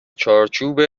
چارچوب